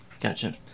gotcha